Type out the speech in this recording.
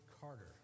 Carter